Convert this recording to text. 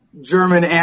German